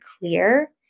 clear